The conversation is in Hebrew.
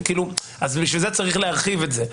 אז בשביל זה צריך להרחיב את זה.